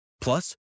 Plus